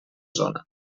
zona